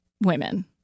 Women